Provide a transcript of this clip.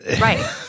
Right